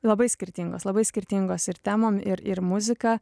labai skirtingos labai skirtingos ir temom ir ir muzika